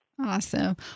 Awesome